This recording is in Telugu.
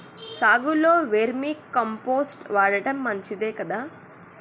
సాగులో వేర్మి కంపోస్ట్ వాడటం మంచిదే కదా?